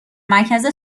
مرکز